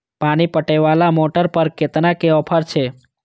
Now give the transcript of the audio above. पानी पटवेवाला मोटर पर केतना के ऑफर छे?